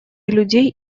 людей